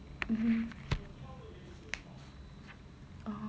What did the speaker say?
oh